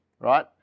Right